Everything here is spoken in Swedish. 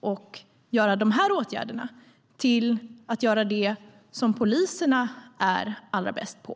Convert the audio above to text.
och göra de här åtgärderna kan poliserna göra det de är allra bäst på.